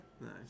Nice